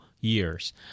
years